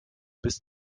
bis